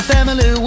family